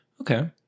Okay